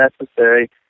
necessary